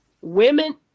women